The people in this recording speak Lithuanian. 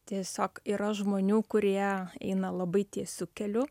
tiesiog yra žmonių kurie eina labai tiesiu keliu